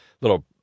little